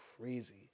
crazy